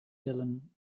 dylan